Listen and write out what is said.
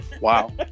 Wow